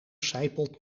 sijpelt